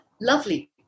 lovely